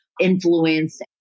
influence